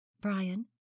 Brian